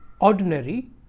ordinary